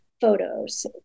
photos